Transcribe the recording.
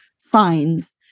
signs